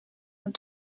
het